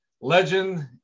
legend